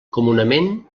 comunament